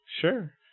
Sure